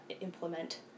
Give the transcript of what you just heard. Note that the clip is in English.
implement